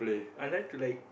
I like to like